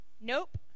Nope